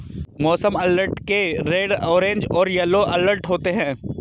मौसम अलर्ट के red orange और येलो अलर्ट होते हैं